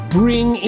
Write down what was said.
bring